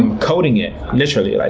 um coding it, literally, like